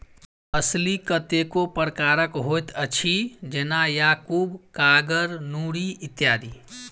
असील कतेको प्रकारक होइत अछि, जेना याकूब, कागर, नूरी इत्यादि